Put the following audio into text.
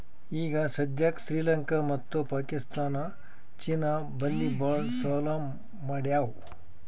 ಈಗ ಸದ್ಯಾಕ್ ಶ್ರೀಲಂಕಾ ಮತ್ತ ಪಾಕಿಸ್ತಾನ್ ಚೀನಾ ಬಲ್ಲಿ ಭಾಳ್ ಸಾಲಾ ಮಾಡ್ಯಾವ್